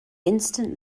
incident